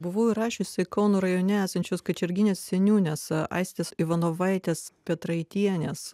buvau įrašiusi kauno rajone esančios kačerginės seniūnės aistės ivanovaitės petraitienės